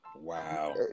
wow